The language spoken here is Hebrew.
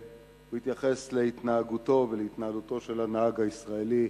הוא התייחס להתנהגותו ולהתנהלותו של הנהג הישראלי: